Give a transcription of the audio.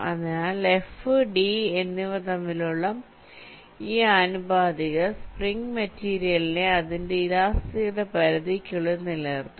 അതിനാൽ F D എന്നിവ തമ്മിലുള്ള ഈ ആനുപാതികത സ്പ്രിംഗ് മെറ്റീരിയലിനെ അതിന്റെ ഇലാസ്തികതയുടെ പരിധിക്കുള്ളിൽ നിലനിർത്തും